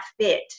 fit